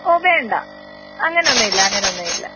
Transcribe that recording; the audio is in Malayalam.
ഓ വേണ്ട അങ്ങനൊന്നുമില്ല അങ്ങനൊന്നുമില്ല